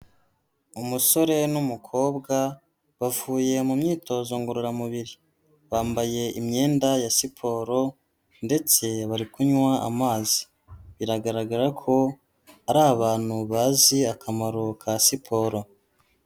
Umusore n'umukobwa bavuye mu myitozo ngororamubiri, bambaye imyenda ya siporo ndetse bari kunywa amazi, biragaragara ko ari abantu bazi akamaro ka siporo.